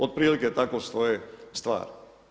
Otprilike tako stoji stvari.